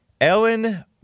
Ellen